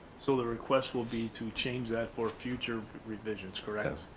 so the request will be to change that for future revisions correct?